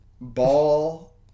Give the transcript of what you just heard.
Ball